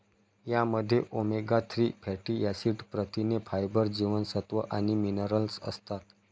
यामध्ये omega three fatty acid, प्रथिने, fibre, जीवनसत्व आणि मिनरल्स असतात